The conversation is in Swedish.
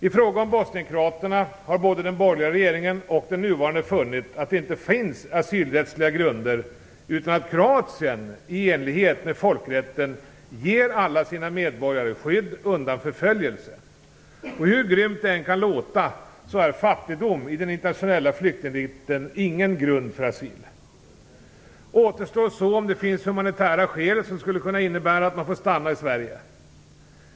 I fråga om bosnienkroaterna har både den borgerliga regeringen och den nuvarande funnit att det inte finns asylrättsliga grunder utan att Kroatien i enlighet med folkrätten ger alla sina medborgare skydd undan förföljelse. Hur grymt det än kan låta är fattigdom i den internationella flyktingrätten ingen grund för asyl. Återstår så om det finns humanitära skäl som skulle kunna innebära att man får stanna i Sverige.